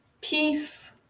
peace